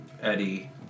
Eddie